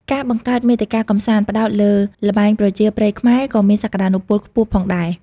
ការបង្កើតមាតិកាកម្សាន្ត ផ្តោតលើ ល្បែងប្រជាប្រិយខ្មែរក៏មាន សក្តានុពលខ្ពស់ផងដែរ។